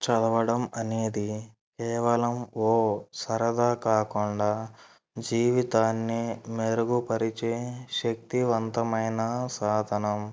చదవడం అనేది కేవలం ఓ సరదా కాకుండా జీవితాన్ని మెరుగుపరిచే శక్తివంతమైన సాధనం